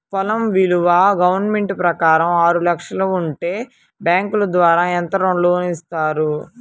పొలం విలువ గవర్నమెంట్ ప్రకారం ఆరు లక్షలు ఉంటే బ్యాంకు ద్వారా ఎంత లోన్ ఇస్తారు?